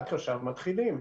ורק עכשיו מתחילים.